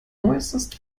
äußerst